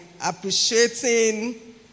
appreciating